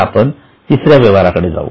आता आपण तिसऱ्या व्यवहाराकडे जाऊ